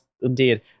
Indeed